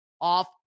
off